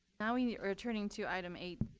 now we are returning to item eight